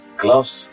gloves